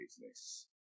business